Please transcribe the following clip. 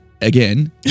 again